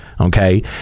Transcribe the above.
Okay